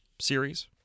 series